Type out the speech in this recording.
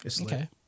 Okay